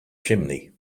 chimney